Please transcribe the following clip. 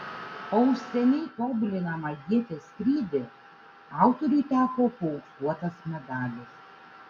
o už seniai tobulinamą ieties skrydį autoriui teko paauksuotas medalis